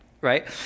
right